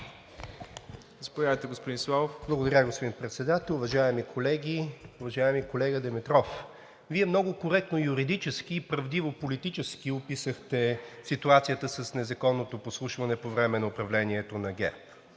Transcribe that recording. СЛАВОВ (ДБ): Благодаря, господин Председател. Уважаеми колеги, уважаеми колега Димитров! Вие много коректно юридически и правдиво политически описахте ситуацията с незаконното подслушване по време на управлението на ГЕРБ.